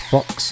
Fox